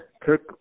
Kirk